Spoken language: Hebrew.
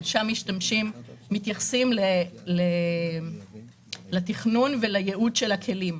שם מתייחסים לתכנון ולייעוד של הכלים.